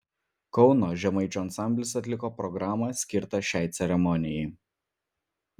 kauno žemaičių ansamblis atliko programą skirtą šiai ceremonijai